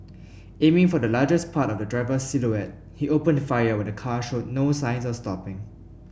aiming for the largest part of the driver's silhouette he opened fire when the car showed no signs of stopping